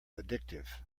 addictive